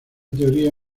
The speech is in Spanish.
teoría